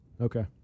Okay